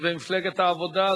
ומפלגת העבודה,